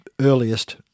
earliest